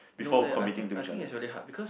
no leh I think I think it's really hard because